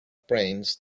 brains